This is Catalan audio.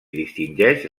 distingeix